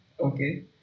Okay